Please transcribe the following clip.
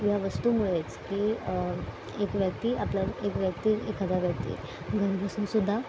ह्या वस्तूमुळेच की एक व्यक्ती आपल्या एक व्यक्ती एखादा व्यक्ती घरी बसून सुद्धा